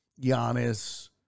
Giannis